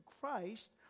Christ